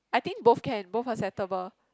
I think both can both acceptable